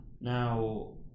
Now